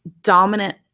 dominant